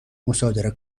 مصادره